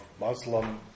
Muslim